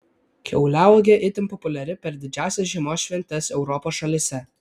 kiauliauogė itin populiari per didžiąsias žiemos šventes europos šalyse